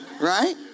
right